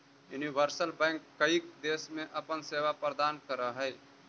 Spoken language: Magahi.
यूनिवर्सल बैंक कईक देश में अपन सेवा प्रदान करऽ हइ